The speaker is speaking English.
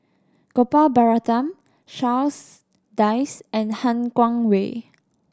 Gopal Baratham Charles Dyce and Han Guangwei